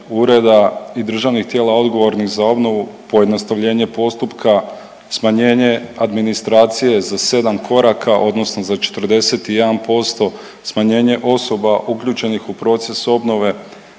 i državnih tijela odgovornih za obnovu, pojednostavljenje postupka, smanjenje administracije za sedam koraka, odnosno za 41%, smanjenje osoba uključenih u proces obnove,